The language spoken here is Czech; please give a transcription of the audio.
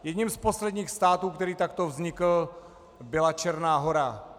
Jedním z posledních států, který takto vznikl, byla Černá Hora.